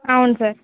అవును సార్